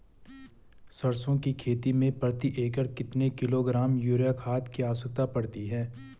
सरसों की खेती में प्रति एकड़ कितने किलोग्राम यूरिया खाद की आवश्यकता पड़ती है?